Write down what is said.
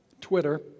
Twitter